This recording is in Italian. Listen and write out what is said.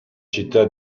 città